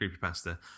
creepypasta